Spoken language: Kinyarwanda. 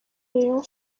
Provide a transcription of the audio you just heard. rayon